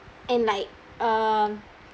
and like uh